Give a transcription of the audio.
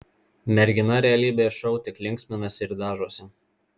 mergina realybės šou tik linksminasi ir dažosi